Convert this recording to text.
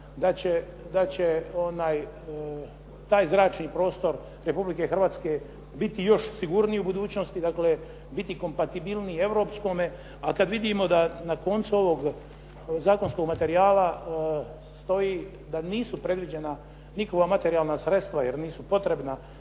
da će taj zračni prostor Republike Hrvatske biti još sigurniji u budućnosti, dakle biti kompatibilniji europskome, a kad vidimo da na koncu ovog zakonskog materijala stoji da nisu predviđena nikakva materijalna sredstva jer nisu potrebna